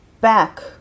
back